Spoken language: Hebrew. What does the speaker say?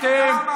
אתה אמרת את זה.